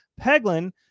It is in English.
Peglin